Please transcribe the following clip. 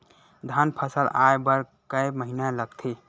धान फसल आय बर कय महिना लगथे?